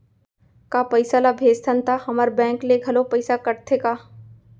का पइसा ला भेजथन त हमर बैंक ले घलो पइसा कटथे का?